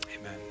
amen